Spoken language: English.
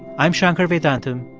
i'm shankar vedantam.